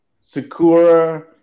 Sakura